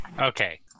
Okay